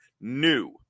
new